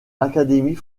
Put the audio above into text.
l’académie